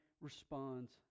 responds